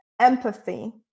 empathy